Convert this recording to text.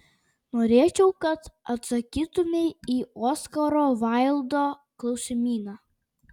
norėčiau kad atsakytumei į oskaro vaildo klausimyną